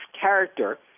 character